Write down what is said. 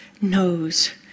knows